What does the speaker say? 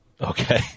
Okay